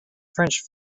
french